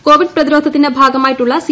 Covid പ്രതിരോധത്തിന്റെ ഭാഗമായിട്ടുള്ള C